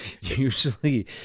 Usually